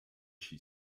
she